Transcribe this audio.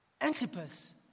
Antipas